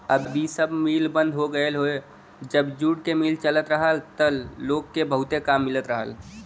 अब इ सब मिल बंद हो गयल हौ जब जूट क मिल चलत रहल त लोग के बहुते काम मिलत रहल